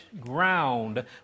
ground